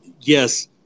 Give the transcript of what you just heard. yes